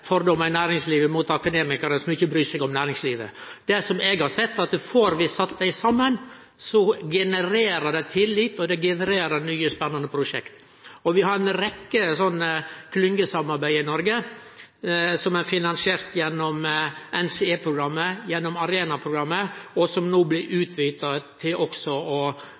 kommersialismen i næringslivet, og der er fordommar i næringslivet mot akademikarar som ikkje bryr seg om næringslivet. Eg har sett at får vi sett dei saman, genererer det tillit, og det genererer nye spennande prosjekt. Vi har ei rekke klyngesamarbeid i Noreg som er finansierte gjennom NCE-programmet og ARENA-programmet, og no blir